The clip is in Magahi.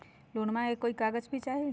लोनमा ले कोई कागज भी चाही?